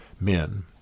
men